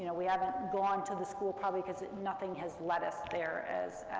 and we haven't gone to the school, probably cause nothing has led us there, as,